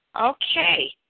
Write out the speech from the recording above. Okay